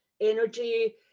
energy